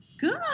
Good